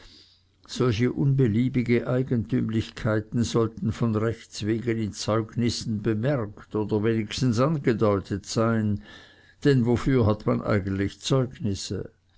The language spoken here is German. solche unbeliebige eigentümlichkeiten sollten von rechtswegen in zeugnissen bemerkt oder wenigstens angedeutet sein denn wofür hat man eigentlich zeugnisse